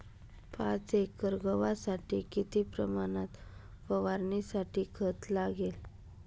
पाच एकर गव्हासाठी किती प्रमाणात फवारणीसाठी खत लागेल?